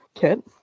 kit